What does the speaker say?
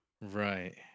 Right